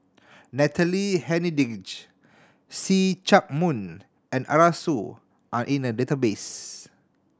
Natalie Hennedige See Chak Mun and Arasu are in the database